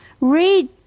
Read